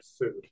food